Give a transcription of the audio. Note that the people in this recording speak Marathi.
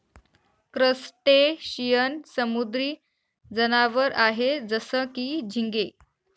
क्रस्टेशियन समुद्री जनावर आहे जसं की, झिंगे